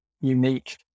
unique